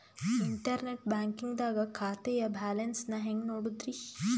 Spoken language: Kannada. ಇಂಟರ್ನೆಟ್ ಬ್ಯಾಂಕಿಂಗ್ ದಾಗ ಖಾತೆಯ ಬ್ಯಾಲೆನ್ಸ್ ನ ಹೆಂಗ್ ನೋಡುದ್ರಿ?